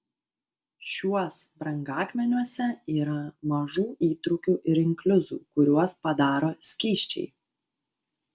šiuos brangakmeniuose yra mažų įtrūkių ir inkliuzų kuriuos padaro skysčiai